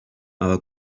our